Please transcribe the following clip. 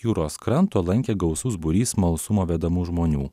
jūros kranto lankė gausus būrys smalsumo vedamų žmonių